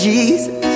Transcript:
Jesus